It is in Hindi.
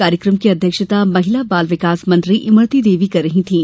कार्यक्रम की अध्यक्षता महिला बाल विकास मंत्री इमरती देवी कर रही थीं